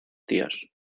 tíos